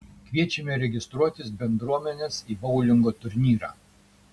kviečiame registruotis bendruomenes į boulingo turnyrą